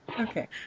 okay